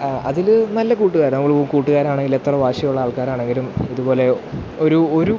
അതില് നല്ല കൂട്ടുകാരാ നമ്മള് കൂട്ടുകാരാണേലെത്ര വാശിയുള്ള ആൾക്കാരാണെങ്കിലും ഇതുപോലെ ഒരു ഒരു